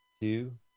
two